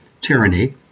tyranny